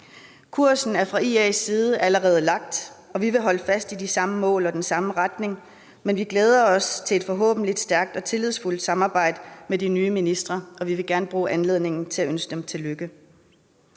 Kursen er fra IA's side allerede lagt, og vi vil holde fast i de samme mål og den samme retning, men vi glæder os til et forhåbentlig stærkt og tillidsfuldt samarbejde med de nye ministre, og vi vil gerne bruge anledningen til at ønske dem tillykke.